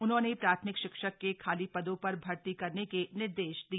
उन्होंने प्राथमिक शिक्षक के खाली पदों पर भर्ती करने के निर्देश दिए